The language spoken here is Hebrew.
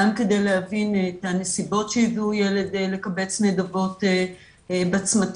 גם כדי להבין את הנסיבות שהביאו ילד לקבץ נדבות בצמתים